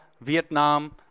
Vietnam